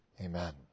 amen